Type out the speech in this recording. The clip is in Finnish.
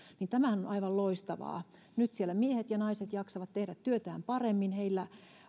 tämähän on aivan loistavaa nyt siellä miehet ja naiset jaksavat tehdä työtään paremmin heillä